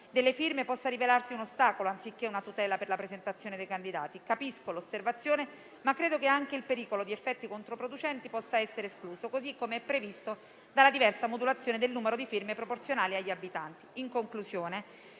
delle firme possa rivelarsi un ostacolo, anziché una tutela per la presentazione dei candidati. Capisco l'osservazione, ma credo che anche il pericolo di effetti controproducenti possa essere escluso, così come previsto dalla diversa modulazione del numero di firme proporzionali agli abitanti.